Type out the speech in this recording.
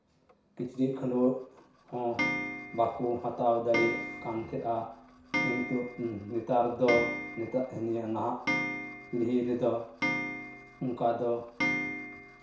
ᱠᱤᱪᱨᱤᱪ ᱠᱷᱟᱹᱰᱚᱣᱟᱹᱜ ᱦᱚᱸ ᱵᱟᱠᱚ ᱦᱟᱛᱟᱣ ᱫᱟᱲᱮᱜ ᱠᱟᱱ ᱛᱟᱦᱮᱸᱫᱼᱟ ᱠᱤᱱᱛᱩ ᱱᱮᱛᱟᱨ ᱫᱚ ᱱᱤᱛᱚᱜ ᱱᱟᱦᱟᱜ ᱯᱤᱲᱦᱤ ᱨᱮᱫᱚ ᱚᱱᱠᱟ ᱫᱚ